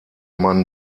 man